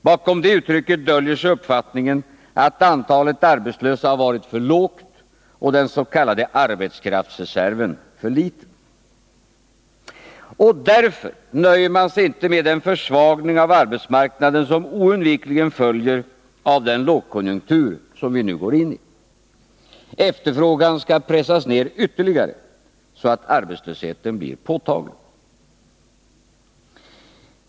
Bakom detta uttryck döljer sig uppfattningen att antalet arbetslösa har varit för lågt och den s.k. arbetskraftsreserven för liten. Därför nöjer man sig inte med den försvagning av arbetsmarknaden som oundvikligen följer av den lågkonjunktur som vi nu går in i. Efterfrågan skall pressas ned ytterligare, så att arbetslösheten blir påtaglig.